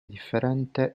differente